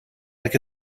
like